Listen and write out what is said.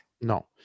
no